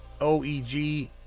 OEG